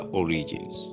origins